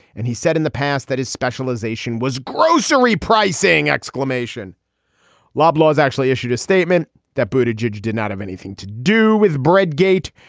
and he said in the past that his specialization was grocery pricing. exclamation loblaws actually issued a statement that a but judge did not have anything to do with bread gate.